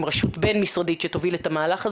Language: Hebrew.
עם רשות בין משרדית שתוביל את המהלך הזה.